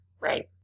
right